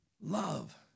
Love